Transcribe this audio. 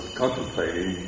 contemplating